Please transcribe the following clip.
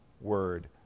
word